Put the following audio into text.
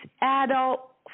adult